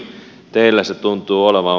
teillä se tuntuu olevan